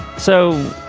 so.